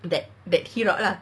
that that lah